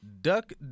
Duck